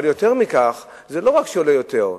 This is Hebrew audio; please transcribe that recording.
אבל יותר מכך, זה לא רק עולה יותר.